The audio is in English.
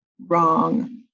wrong